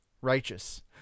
Righteous